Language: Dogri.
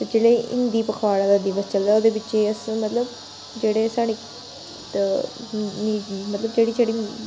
जेल्लै हिंदी पखवाड़े दा दिवस चलेआ ओह्दे बिच्च अस मतलब जेह्ड़े साढ़े मतलब जेह्ड़ी जेह्ड़ी